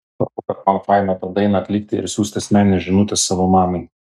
svarbu kad man faina tą dainą atlikti ir siųsti asmeninę žinutę savo mamai